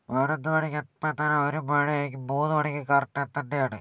മാനന്തവാടിക്ക് എപ്പം എത്താന ഒരു മണിയായി എനിക്ക് മൂന്ന് മണിക്ക് കറക്ട് എത്തേണ്ടതാണ്